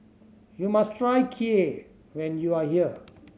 you must try Kheer when you are here